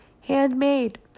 handmade